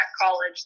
college